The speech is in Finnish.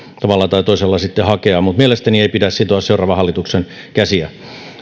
tavalla tai toisella sitten hakea mutta mielestäni ei pidä sitoa seuraavan hallituksen käsiä